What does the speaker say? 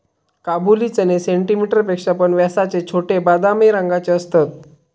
काबुली चणे सेंटीमीटर पेक्षा पण व्यासाचे छोटे, बदामी रंगाचे असतत